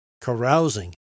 carousing